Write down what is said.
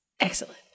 Excellent